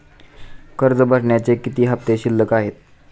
कर्ज भरण्याचे किती हफ्ते शिल्लक आहेत?